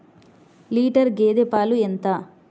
Litre గేదె పాలు ఎంత?